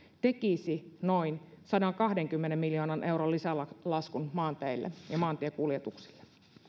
tekisi noin sadankahdenkymmenen miljoonan euron lisälaskun maanteille ja maantiekuljetuksille